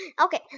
Okay